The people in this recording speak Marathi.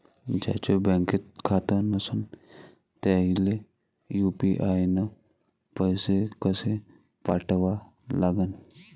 ज्याचं बँकेत खातं नसणं त्याईले यू.पी.आय न पैसे कसे पाठवा लागन?